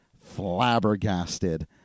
flabbergasted